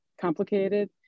complicated